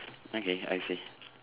okay I see